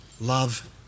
Love